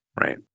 right